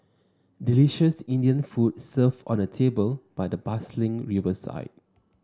delicious Indian food served on a table by the bustling riverside